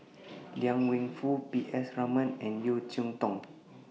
Liang Wenfu P S Raman and Yeo Cheow Tong